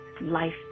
life